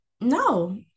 no